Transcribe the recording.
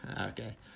okay